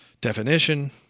definition